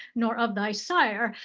nor of thy sire.